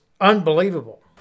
unbelievable